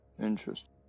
Interesting